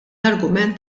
argument